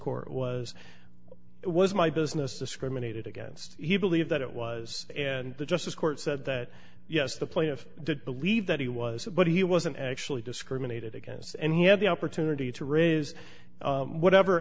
court was it was my business discriminated against he believed that it was and the justice court said that yes the plaintiff did believe that he was a but he wasn't actually discriminated against and he had the opportunity to raise whatever